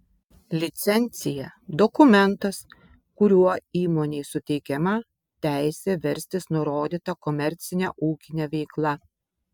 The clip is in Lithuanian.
licencija dokumentas kuriuo įmonei suteikiama teisė verstis nurodyta komercine ūkine veikla